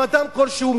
עם אדם כלשהו,